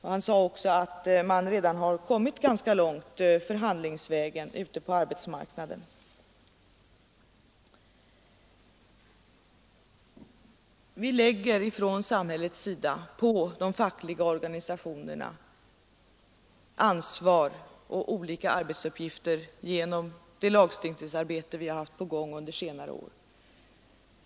Han sade också att man redan har kommit ganska långt förhandlingsvägen ute på arbetsmarknaden. Vi har från samhällets sida genom det lagstiftningsarbete som vi haft på gång under senare år lagt på de fackliga organisationerna ansvar och olika arbetsuppgifter.